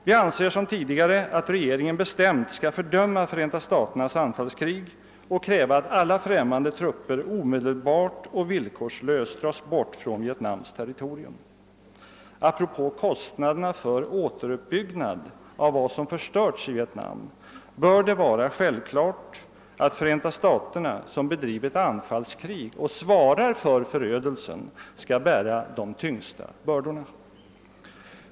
Vi anser som tidigare att regeringen bestämt skall fördöma Förenta staternas anfallskrig och kräva att alla främmande trupper omedelbart och villkorslöst dras bort från Vietnams territorium. Apropå kostnaderna för återuppbyggnad av vad som förstörts i Vietnam bör det vara självklart att Förenta staterna, som bedrivit anfallskrig och svarat för förödelsen, skall bära de tyngsta bördorna.